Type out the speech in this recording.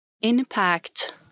impact